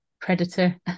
predator